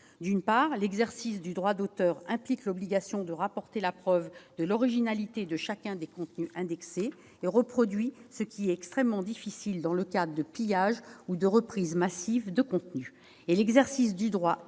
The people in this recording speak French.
D'une part, l'exercice du droit d'auteur implique l'obligation de rapporter la preuve de l'originalité de chacun des contenus indexés et reproduits, ce qui est extrêmement difficile dans le cadre de pillages ou de reprises massives de contenus.